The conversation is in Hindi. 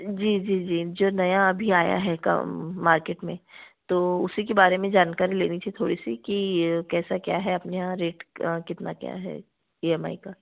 जी जी जी जो नया अभी आया है गा मार्केट में तो उसी के बारे में जानकारी लेनी थी थोड़ी सी कि कैसा क्या है अपने यहाँ रेट कितना क्या है ई एम आई का